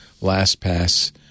LastPass